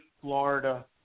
Florida